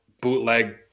bootleg